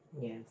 Yes